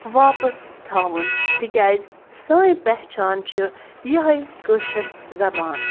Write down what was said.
واپَس تھاوُن تِکیٛازِ سٲنۍ پہچان چھُ یِہوٚے کٲشٕر زَبان